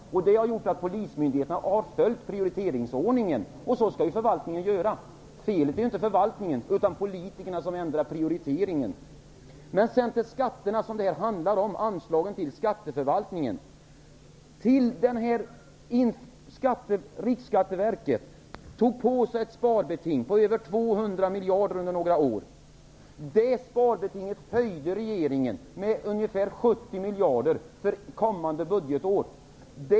Polismyndigheterna har också följt denna prioriteringsordning, som förvaltningen skall göra. Felet har inte gjorts av förvaltningen utan av politikerna, som ändrat prioriteringen. Så till anslagen till skatteförvaltningen, som denna debatt skall handla om. Riksskatteverket tog på sig ett sparbeting om över 200 miljarder under några år. Det sparbetinget höjdes av regeringen med ungefär 70 miljarder för kommande budgetår.